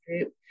group